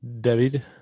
David